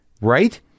Right